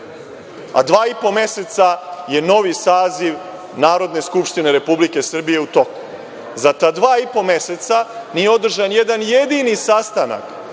i po meseca je novi saziv Narodne skupštine Republike Srbije u toku. Za ta dva i po meseca nije održan jedan jedini sastanak